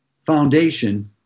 foundation